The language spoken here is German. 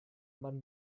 man